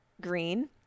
green